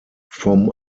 vom